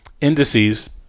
indices